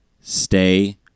stay